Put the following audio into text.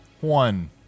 One